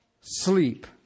sleep